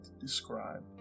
describe